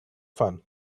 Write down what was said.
fun